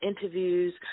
Interviews